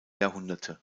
jahrhunderte